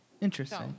Interesting